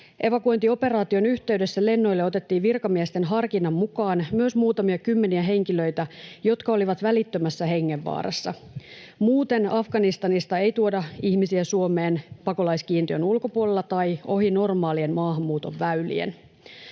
Evakuointioperaation yhteydessä lennoille otettiin virkamiesten harkinnan mukaan myös muutamia kymmeniä henkilöitä, jotka olivat välittömässä hengenvaarassa. Muuten Afganistanista ei tuoda ihmisiä Suomeen pakolaiskiintiön ulkopuolella tai ohi normaalien maahanmuuton väylien.